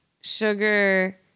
sugar